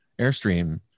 Airstream